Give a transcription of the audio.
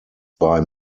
bei